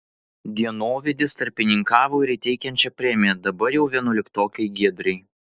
dienovidis tarpininkavo ir įteikiant šią premiją dabar jau vienuoliktokei giedrei